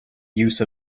use